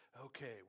okay